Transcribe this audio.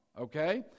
Okay